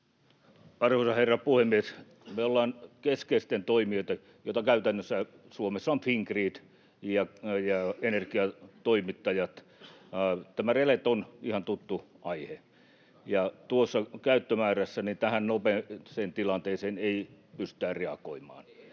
Arvoisa herra puhemies! Meille ja keskeisille toimijoille, joita käytännössä Suomessa ovat Fingrid ja energiatoimittajat, releet on ihan tuttu aihe, [Kai Mykkänen: Hyvä!] ja tuossa käyttömäärässä tähän nopeaan tilanteeseen ei pystytä reagoimaan.